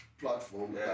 platform